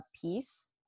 peace